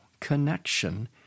connection